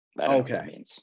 Okay